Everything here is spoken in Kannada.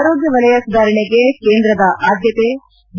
ಆರೋಗ್ಯ ವಲಯ ಸುಧಾರಣೆಗೆ ಕೇಂದ್ರದ ಆದ್ಯತೆ ಡಿ